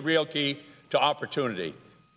the real key to opportunity